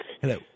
Hello